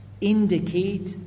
Indicate